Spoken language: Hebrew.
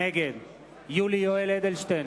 נגד יולי יואל אדלשטיין,